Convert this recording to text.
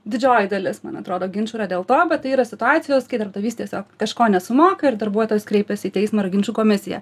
didžioji dalis man atrodo ginčų yra dėl to bet tai yra situacijos kai darbdavys tiesiog kažko nesumoka ir darbuotojas kreipiasi į teismą ar ginčų komisiją